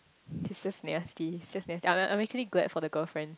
it's just nasty it's just nasty I I'm actually glad for the girlfriend